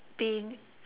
being